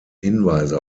hinweise